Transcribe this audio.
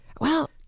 Well-